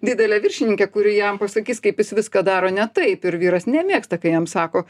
didelę viršininkę kuri jam pasakys kaip jis viską daro ne taip ir vyras nemėgsta kai jam sako